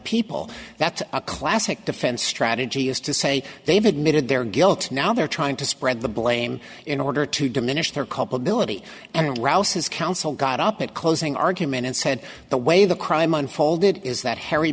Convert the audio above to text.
people that's a classic defense strategy is to say they've admitted their guilt now they're trying to spread the blame in order to diminish their culpability and rouse his counsel got up at closing argument and said the way the crime unfolded is that harry